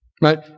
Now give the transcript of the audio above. Right